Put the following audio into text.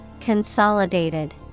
Consolidated